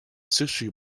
sushi